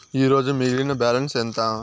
ఈరోజు మిగిలిన బ్యాలెన్స్ ఎంత?